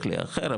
כלי אחר,